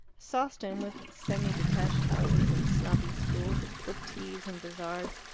sawston, with its semi-detached houses and snobby schools, its book teas and bazaars,